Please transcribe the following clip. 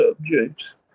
objects